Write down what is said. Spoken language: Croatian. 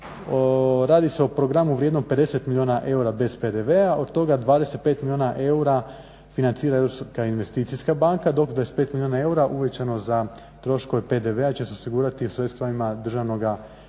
radi se o programu vrijednom 50 milijuna eura bez PDV-a od toga 25 milijuna eura financira Europska investicijska banka dok 25 milijuna eura uvećano za troškove PDV-a će se osigurati u sredstvima državnog